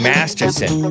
Masterson